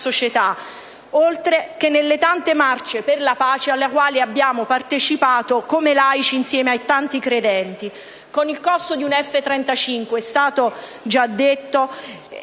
società, oltre che nelle tante marce per la pace cui abbiamo partecipato come laici insieme a tanti credenti. Con il costo di un F-35, come è stato detto,